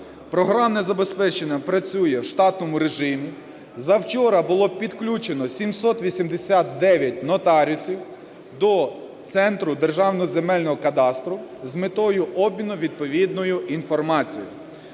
Програмне забезпечення працює в штатному режимі. За вчора було підключено 789 нотаріусів до "Центру державного земельного кадастру" з метою обміну відповідною інформацією.